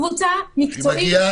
קבוצה מקצועית.